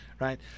right